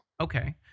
Okay